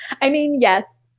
i mean, yes.